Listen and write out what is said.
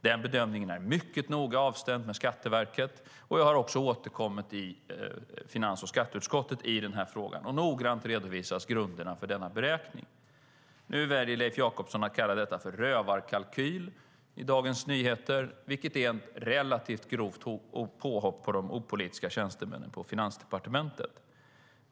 Den bedömningen är mycket noga avstämd med Skatteverket, och jag har också återkommit i finans och skatteutskottet i frågan och noggrant redovisat grunderna för denna beräkning. Nu väljer Leif Jakobsson att kalla detta "rövarkalkyl" i Dagens Nyheter, vilket är ett relativt grovt påhopp på de opolitiska tjänstemännen på Finansdepartementet.